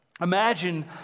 Imagine